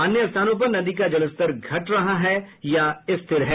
अन्य स्थानों पर नदी का जलस्तर घट रहा है या स्थिर है